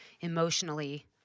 emotionally